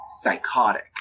psychotic